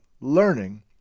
learning